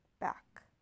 back